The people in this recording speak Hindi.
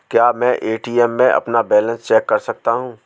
क्या मैं ए.टी.एम में अपना बैलेंस चेक कर सकता हूँ?